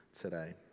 today